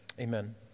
Amen